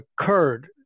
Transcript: occurred